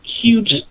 huge